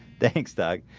thanks doug.